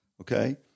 okay